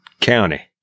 County